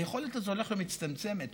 היכולת הזאת הולכת ומצטמצמת,